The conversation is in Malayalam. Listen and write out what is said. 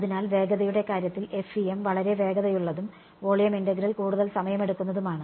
അതിനാൽ വേഗതയുടെ കാര്യത്തിൽ FEM വളരെ വേഗതയുള്ളതും വോളിയം ഇന്റഗ്രൽ കൂടുതൽ സമയമെടുക്കുന്നതുമാണ്